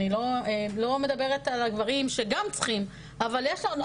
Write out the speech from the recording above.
אני כאילו לא מדברת על הדברים שגם צריכים אבל יש לנו דרך,